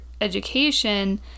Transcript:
education